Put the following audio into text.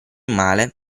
male